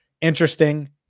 interesting